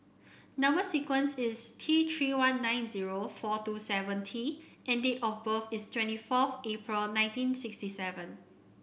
number sequence is T Three one nine zero four two seven T and date of birth is twenty forth April nineteen sixty seven